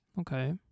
Okay